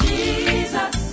Jesus